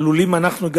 בסוף עלולים אנחנו,